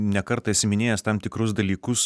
ne kartą esi minėjęs tam tikrus dalykus